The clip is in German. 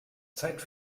zeit